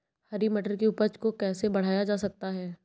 हरी मटर की उपज को कैसे बढ़ाया जा सकता है?